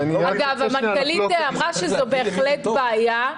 המנכ"לית אמרה שזו בהחלט בעיה,